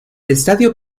estadio